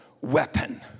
weapon